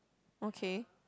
okay